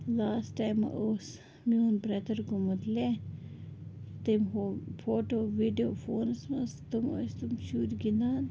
loss ٹایمہٕ اوس میون برٛٮ۪ دَر گوٚمُت لیہہ تٔمۍ ہوو فوٹو ویٖڈیو فونَس منٛز تِم ٲسۍ تِم شُرۍ گِنٛدان